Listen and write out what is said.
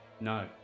No